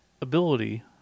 ability